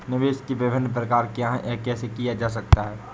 निवेश के विभिन्न प्रकार क्या हैं यह कैसे किया जा सकता है?